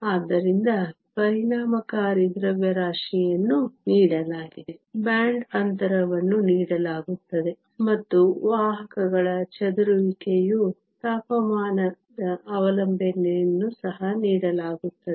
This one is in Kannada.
ಆದ್ದರಿಂದ ಪರಿಣಾಮಕಾರಿ ದ್ರವ್ಯರಾಶಿಯನ್ನು ನೀಡಲಾಗಿದೆ ಬ್ಯಾಂಡ್ ಅಂತರವನ್ನು ನೀಡಲಾಗುತ್ತದೆ ಮತ್ತು ವಾಹಕಗಳ ಚದುರುವಿಕೆಯ ತಾಪಮಾನದ ಅವಲಂಬನೆಯನ್ನು ಸಹ ನೀಡಲಾಗುತ್ತದೆ